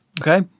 Okay